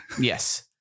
Yes